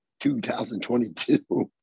2022